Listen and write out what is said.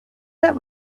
that